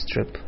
strip